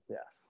Yes